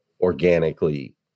organically